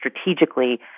strategically